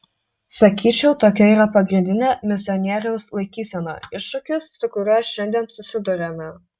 sakyčiau tokia yra pagrindinė misionieriaus laikysena iššūkis su kuriuo šiandien susiduriame